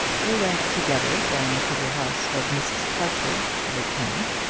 they went together down to the house of mrs. partridge, the tenant,